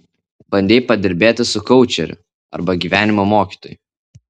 bandei padirbėti su koučeriu arba gyvenimo mokytoju